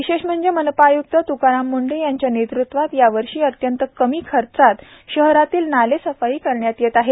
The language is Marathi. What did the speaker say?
विशेष म्हणजे मनपा आय्क्त त्काराम म्ंढे यांच्या नेतृत्वात यावर्षी अत्यंत कमीत कमी खर्चात शहरातील नाले सफाई करण्यात येत आहे